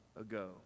ago